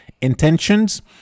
intentions